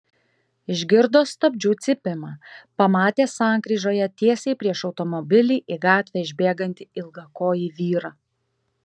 išgirdo stabdžių cypimą pamatė sankryžoje tiesiai prieš automobilį į gatvę išbėgantį ilgakojį vyrą